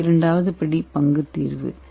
இரண்டாவது படி stock solution